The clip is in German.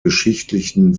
geschichtlichen